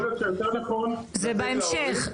יכול להיות שיותר נכון לתת להורים.